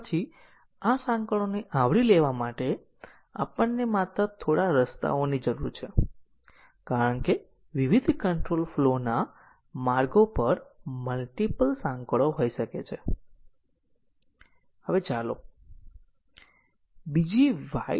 CFG માં કોડમાં તે ભાગો શોધવાનું મુશ્કેલ હશે પરંતુ અમારા પાથને તે રસ્તાઓ શોધવાની જરૂર રહેશે નહીં